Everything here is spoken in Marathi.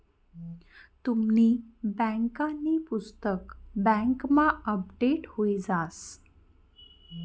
तुमनी बँकांनी पुस्तक बँकमा अपडेट हुई जास